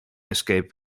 escape